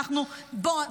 בואו,